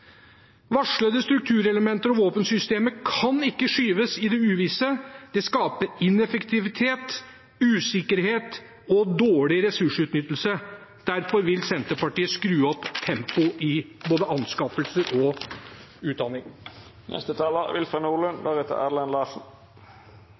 Varslede strukturelementer og våpensystemer kan ikke skyves i det uvisse, det skaper ineffektivitet, usikkerhet og dårlig ressursutnyttelse. Derfor vil Senterpartiet skru opp tempoet i både anskaffelser og utdanning.